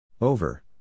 Over